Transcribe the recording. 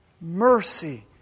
mercy